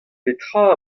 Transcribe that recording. petra